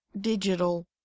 digital